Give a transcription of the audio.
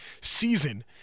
season